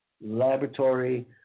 laboratory